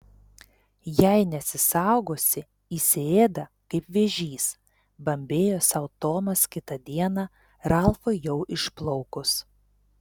jei nesisaugosi įsiėda kaip vėžys bambėjo sau tomas kitą dieną ralfui jau išplaukus